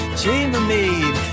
chambermaid